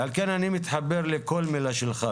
ועל כן אני מתחבר לכל מילה שלך.